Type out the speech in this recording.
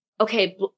okay